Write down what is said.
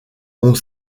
ont